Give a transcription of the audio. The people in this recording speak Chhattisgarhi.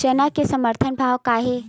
चना के समर्थन भाव का हे?